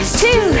two